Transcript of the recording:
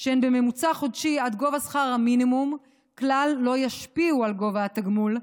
שהן בממוצע חודשי עד גובה שכר המינימום כלל לא ישפיעו על גובה התגמול,